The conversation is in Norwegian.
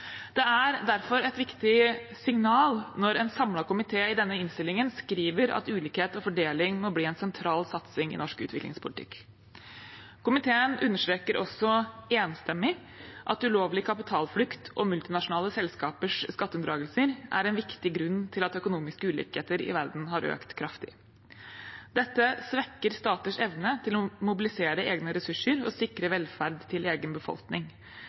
Det er derfor et viktig signal når en samlet komité i denne innstillingen skriver at «ulikhet og fordeling må bli en sentral satsning i norsk utviklingspolitikk». Komiteen understreker også – enstemmig – at ulovlig kapitalflukt og multinasjonale selskapers skatteunndragelser er en viktig grunn til at økonomiske ulikheter i verden har økt kraftig. Dette svekker staters evne til å mobilisere egne ressurser og sikre velferd til egen befolkning.